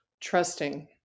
trusting